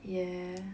yeah